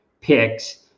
picks